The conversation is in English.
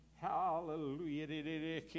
Hallelujah